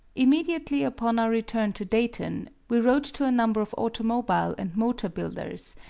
immediately upon our return to dayton, we wrote to a number of automobile and motor builders,